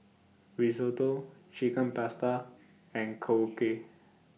Risotto Chicken Pasta and Korokke